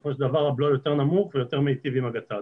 בסופו של דבר הבלו יותר נמוך ויותר מיטיב עם הגט"ד.